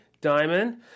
Diamond